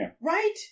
Right